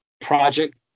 project